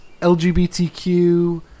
LGBTQ